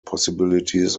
possibilities